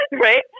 right